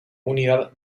unidad